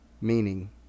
meaning